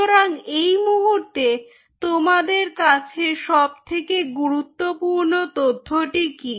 সুতরাং এই মুহূর্তে তোমাদের কাছে সব থেকে গুরুত্বপূর্ণ তথ্যটি কি